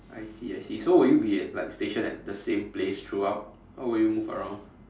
I see I see so will you be like stationed at the same place throughout or will you move around